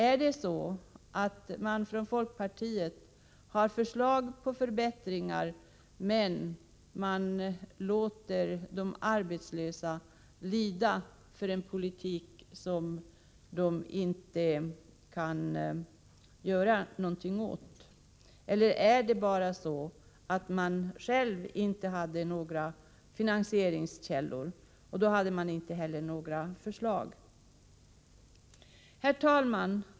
Har man från folkpartiets sida förslag på förbättringar men låter de arbetslösa lida för en politik som man inte kan göra något åt, eller hade folkpartiet inte självt några finansieringskällor och inte heller några förslag? Herr talman!